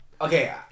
Okay